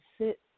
sit